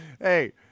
hey